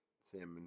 salmon